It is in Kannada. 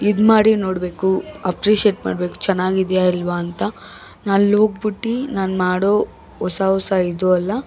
ಇದುಮಾಡಿ ನೋಡಬೇಕು ಅಪ್ರಿಷಿಯೇಟ್ ಮಾಡಬೇಕು ಚೆನ್ನಾಗಿದ್ಯಾ ಇಲ್ವಾ ಅಂತ ನಾ ಅಲ್ಲೋಗ್ಬಿಟ್ಟು ನಾನು ಮಾಡೋ ಹೊಸ ಹೊಸ ಇದು ಎಲ್ಲ